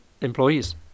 employees